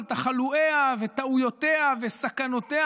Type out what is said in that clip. על תחלואיה וטעויותיה וסכנותיה,